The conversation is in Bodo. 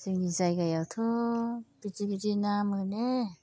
जोंनि जायगायावथ' बिदि बिदि ना मोनो